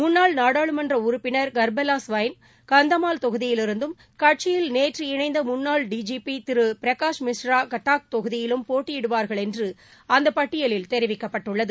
முன்னாள் நாடாளுமன்ற உறுப்பினர் கர்பெவா ஸ்வைன் கந்தமால் தொகுதியிலிருந்தும் கட்சியில் நேற்று இணைந்த முன்னாள் டிஜபி திரு பிரகாஷ் மிஸ்ரா கட்டாக் தொகுதியிலும் போட்டியிடுவார்கள் என்று அந்தப் பட்டியலில் தெரிவிக்கப்பட்டுள்ளது